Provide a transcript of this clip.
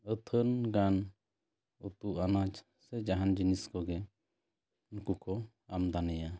ᱟᱹᱛᱷᱟᱹᱱ ᱜᱟᱱ ᱩᱛᱩ ᱟᱱᱟᱡᱽ ᱡᱮ ᱡᱟᱦᱟᱱ ᱡᱤᱱᱤᱥ ᱠᱚᱜᱮ ᱩᱱᱠᱩ ᱠᱚ ᱟᱢᱫᱟᱱᱤᱭᱟ